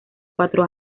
cuatro